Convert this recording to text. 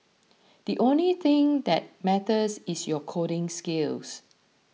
the only thing that matters is your coding skills